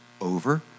over